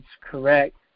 correct